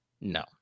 No